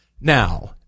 Now